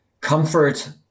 comfort